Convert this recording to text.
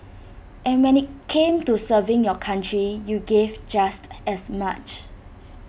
but when IT came to serving your country you gave just as much